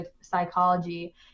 psychology